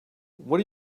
what